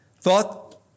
thought